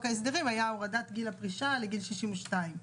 ההסדרים היה הורדת גיל הפרישה לגיל 62,